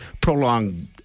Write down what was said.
prolonged